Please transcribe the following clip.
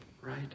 right